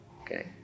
Okay